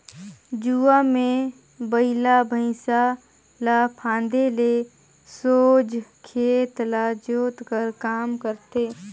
जुवा मे बइला भइसा ल फादे ले सोझ खेत ल जोत कर काम करथे